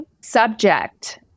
subject